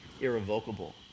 irrevocable